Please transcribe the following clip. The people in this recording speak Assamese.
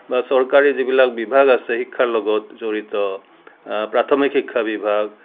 বা চৰকাৰী যিবিলাক বিভাগ আছে শিক্ষাৰ লগত জড়িত প্ৰাথমিক শিক্ষা বিভাগ